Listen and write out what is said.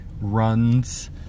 runs